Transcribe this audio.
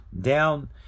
down